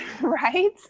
right